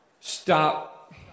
Stop